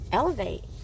elevate